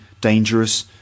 dangerous